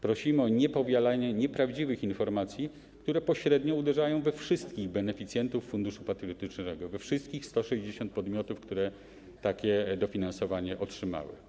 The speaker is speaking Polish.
Prosimy o niepowielanie nieprawdziwych informacji, które pośrednio uderzają we wszystkich beneficjentów Funduszu Patriotycznego, we wszystkich 160 podmiotów, które takie dofinansowanie otrzymały.